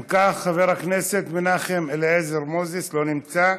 אם כך, חבר הכנסת מנחם אליעזר מוזס, לא נמצא.